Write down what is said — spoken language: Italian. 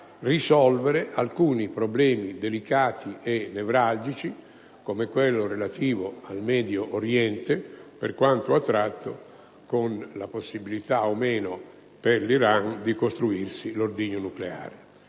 risolvere alcuni problemi delicati e nevralgici, come quello relativo al Medio Oriente, anche in relazione alla possibilità o meno per l'Iran di costruirsi un ordigno nucleare.